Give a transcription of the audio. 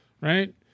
Right